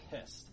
pissed